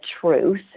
truth